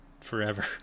forever